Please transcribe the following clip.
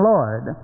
Lord